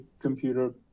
computer